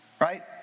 right